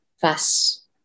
fast